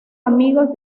amigos